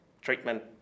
treatment